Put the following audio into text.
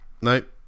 Nope